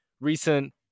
recent